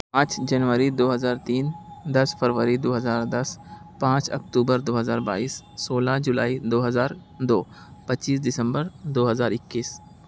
پانچ جنوری دو ہزار تین دس فروری دو ہزار دس پانچ اکتوبر دو ہزار بائیس سولہ جولائی دو ہزار دو پچیس دسمبر دو ہزار اکیس